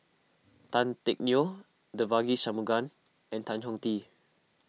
Tan Teck Neo Devagi Sanmugam and Tan Chong Tee